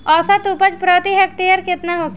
औसत उपज प्रति हेक्टेयर केतना होखे?